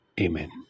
Amen